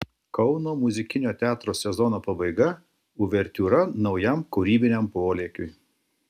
kauno muzikinio teatro sezono pabaiga uvertiūra naujam kūrybiniam polėkiui